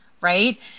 right